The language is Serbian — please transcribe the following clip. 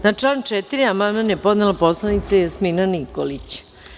Na član 4. amandman je podnela poslanica Jasmina Nikolić.